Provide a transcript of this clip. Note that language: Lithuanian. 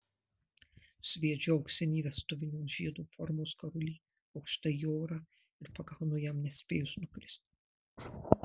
sviedžiu auksinį vestuvinio žiedo formos karulį aukštai į orą ir pagaunu jam nespėjus nukristi